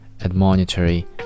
Admonitory